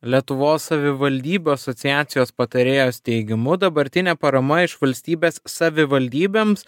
lietuvos savivaldybių asociacijos patarėjos teigimu dabartinė parama iš valstybės savivaldybėms